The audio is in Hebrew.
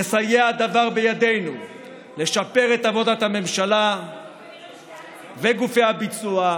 יסייע הדבר בידינו לשפר את עבודת הממשלה וגופי הביצוע,